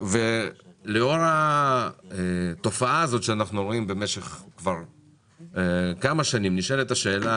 לאור התופעה שאנחנו רואים במשך כמה שנים נשאלת השאלה